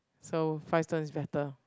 so five stone is better